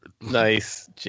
Nice